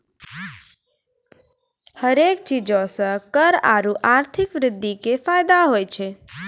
हरेक चीजो से कर आरु आर्थिक वृद्धि के फायदो होय छै